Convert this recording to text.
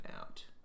out